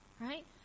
right